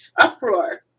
uproar